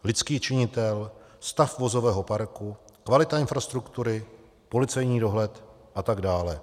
Lidský činitel, stav vozového parku, kvalita infrastruktury, policejní dohled atd.